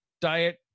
Diet